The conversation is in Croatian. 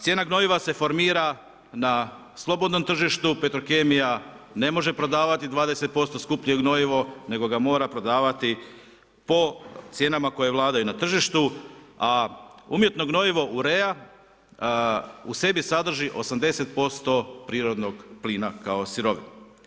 Cijena gnojiva se formira na slobodnom tržištu, Petrokemija ne može prodavati 20% skuplje gnojivo nego ga mora prodavati po cijenama koje vladaju na tržištu a umjetno gnojivo UREA u sebi sadrži 80% prirodnog plina kao sirovinu.